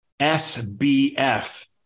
SBF